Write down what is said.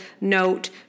note